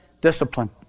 discipline